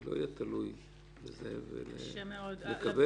זה קשה מאד.